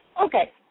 Okay